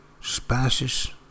Spices